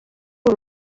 uru